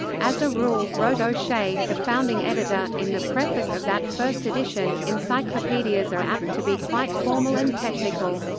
as a rule, wrote o'shea, the founding editor, in the preface of that first edition, encyclopedias are apt to be quite formal and technical.